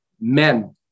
men